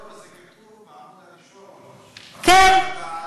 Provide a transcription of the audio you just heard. לא, זה כתוב בעמוד הראשון, כן.